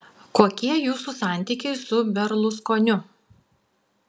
kokie jūsų santykiai su berluskoniu